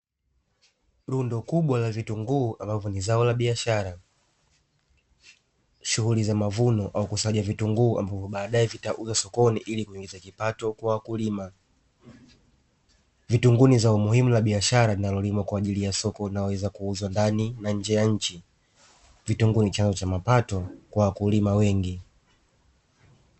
Rundo kubwa la vitunguu ambavyo ni zao la biashara. Shughuli za mavuno au ukusanyaji vitunguu ambavyo baadaye vitauzwa sokoni ili kuingiza kipato kwa wakulima. Vitunguu ni zao umuhimu la biashara zinalolimwa kwa ajili ya soko, linaweza kuuzwa ndani na nje ya nchi. Vitunguu ni chanzo cha mapato kwa wakulima wengi